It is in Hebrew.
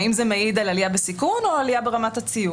האם זה מעיד על עלייה בסיכון או על עלייה ברמת הציות?